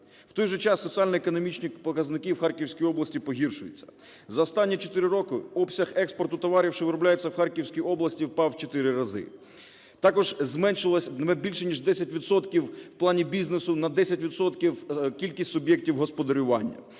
В той же час соціально-економічні показники в Харківській області погіршуються. За останні 4 роки обсяг експорту товарів, що виробляються в Харківській області, впав в 4 рази. Також зменшилось на більше ніж 10 відсотків в плані бізнесу... на 10 відсотків кількість суб'єктів господарювання.